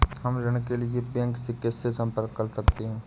हम ऋण के लिए बैंक में किससे संपर्क कर सकते हैं?